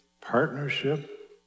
partnership